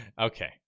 Okay